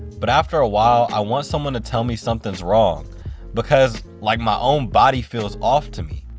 but after a while i want someone to tell me something is wrong because like my own body feels off to me.